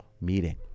meeting